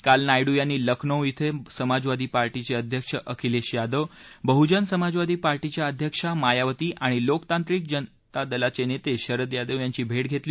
काल नायडू यांनी लखनौ इथं समाजवादी पार्टीचे अध्यक्ष अखिलेख यादव बहूजन समाजवादी पार्टीच्या अध्यक्ष मायावती आणि लोकतांत्रिक जनता दलाचे नेते शरद यादव यांची भेट घेतली